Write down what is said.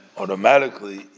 automatically